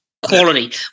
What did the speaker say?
Quality